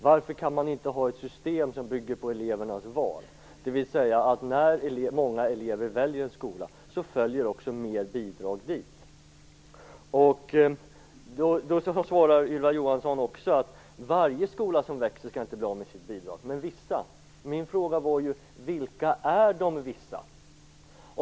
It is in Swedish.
Varför kan man inte ha ett system som bygger på elevernas val, dvs. att när många elever väljer en skola så följer också mer bidrag med dit? Ylva Johansson sade också att varje skola som växer inte skall bli av med sitt bidrag, men vissa. Min fråga var ju: Vilka är dessa, vissa skolor?